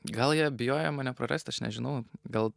gal jie bijojo mane prarast aš nežinau gal